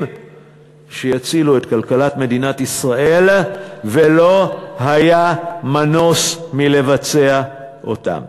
שיצילו את כלכלת מדינת ישראל ולא היה מנוס מלבצע אותם.